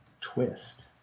Twist